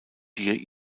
die